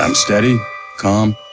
um steady calm.